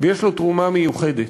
ויש לו תרומה מיוחדת.